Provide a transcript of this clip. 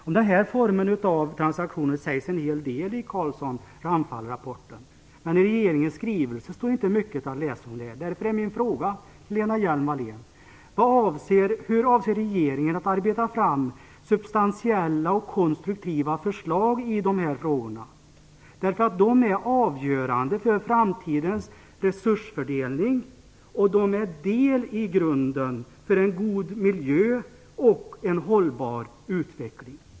Om denna form av transaktioner sägs en hel del i Carlsson-Ramphal-rapporten. Men i regeringens skrivelse står inte mycket att läsa om det här. Därför har jag följande fråga till Lena Hjelm-Wallén: Hur avser regeringen att arbeta fram substantiella och konstruktiva förslag i de här frågorna? De är nämligen avgörande för framtidens resursfördelning och de är en del i grunden för en god miljö och en hållbar utveckling.